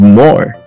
more